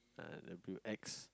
uh the pre~ X